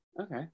Okay